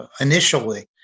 initially